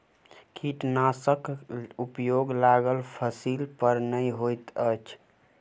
कीटनाशकक उपयोग लागल फसील पर नै होइत अछि